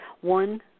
one